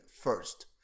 first